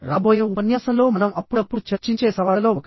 రాబోయే ఉపన్యాసంలో మనం అప్పుడప్పుడు చర్చించే సవాళ్లలో ఒకటి